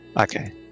Okay